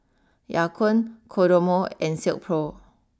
Ya Kun Kodomo and Silkpro